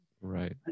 Right